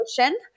ocean